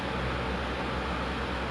like content heavy kan